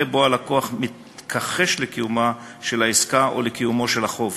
שבו הלקוח מתכחש לקיומה של העסקה או לקיומו של החוב.